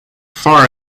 far